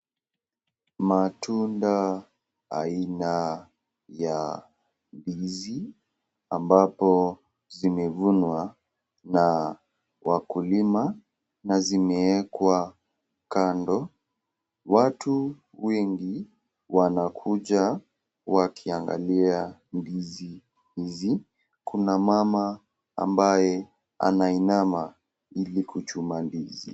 Matunda aina ya ndizi ambapo zimevunwa na wakulima na zimewekwa kando. Watu wengi wanakuja wakiangalia ndizi hizi kuna mama ambaye anainama ili kuchuna ndizi.